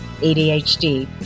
ADHD